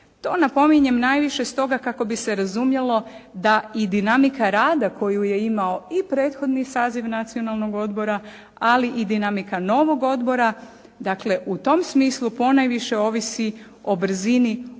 To napominjem najviše stoga kako bi se razumjelo da i dinamika rada koju je imao i prethodni saziv Nacionalnog odbora, ali i dinamika novog odbora. Dakle, u tom smislu ponajviše ovisi o brzini onih koji